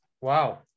wow